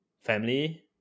family